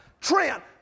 Trent